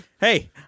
hey